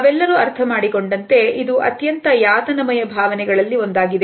ನಾವೆಲ್ಲರೂ ಅರ್ಥಮಾಡಿಕೊಂಡಂತೆ ಇದು ಅತ್ಯಂತ ಯಾತನಮಯ ಭಾವನೆಗಳಲ್ಲಿ ಒಂದಾಗಿದೆ